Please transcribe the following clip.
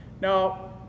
Now